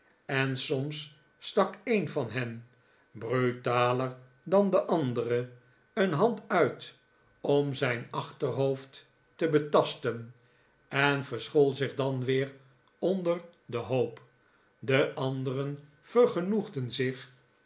en soms stak een van hen brutaler dan de andere een hand nit om zijn achterhoofd maarten chuzzlewit te betasten en verschool zich dan weer onder den hoop de anderen vergenoegden zich